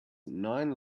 nine